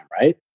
right